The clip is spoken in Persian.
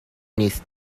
نیست